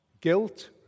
Guilt